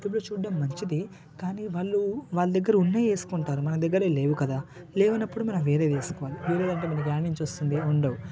యూట్యూబులో చూడడం మంచిది కానీ వాళ్ళు వాళ్ళ దగ్గర ఉన్నవి వేసుకుంటారు మన దగ్గర అవి లేవు కదా లేవున్నప్పుడు మనం వేరే వేసుకోవాలి వేరేవంటే మనకి ఏడ నుంచి ఉండవు